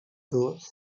dos